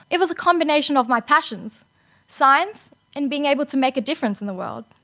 it was a combination of my passions science and being able to make a difference in the world.